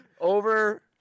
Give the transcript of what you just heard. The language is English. Over